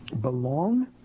belong